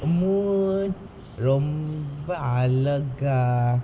moon ரொம்ப அழகா:romba azhagaa